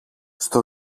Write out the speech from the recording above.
στο